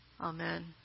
Amen